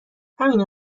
همینو